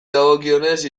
dagokionez